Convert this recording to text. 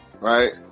right